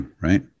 right